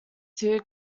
two